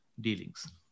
dealings